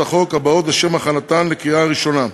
החוק האלה לשם הכנתן לקריאה ראשונה: